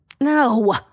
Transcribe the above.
No